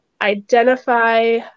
identify